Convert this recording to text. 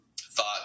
thought